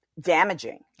damaging